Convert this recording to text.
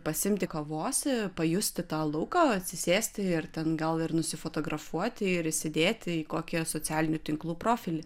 pasiimti kavosi pajusti tą lauką atsisėsti ir ten gal ir nusifotografuoti ir įsidėti į kokį socialinių tinklų profilį